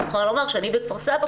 אני יכולה לומר שבכפר סבא,